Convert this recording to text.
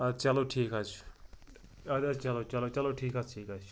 اَدٕ چلو ٹھیٖک حظ چھُ اَدٕ حظ چلو چلو چلو ٹھیٖک حظ ٹھیٖک حظ چھُ